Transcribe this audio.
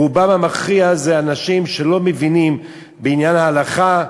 רובם המכריע הם אנשים שלא מבינים בעניין ההלכה,